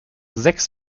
sechs